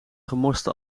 gemorste